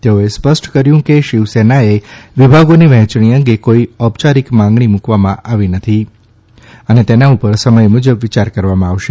તેઓએ સ્પષ્ટ કર્યું કે શિવસેનાએ વિભાગોની વહેંચણી અંગે કોઇ ઔપયારિક માંગણી મૂકવામાં આવી નથી અને તેના ઉપર સમય મુજબ વિચાર કરવામાં આવશે